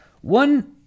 One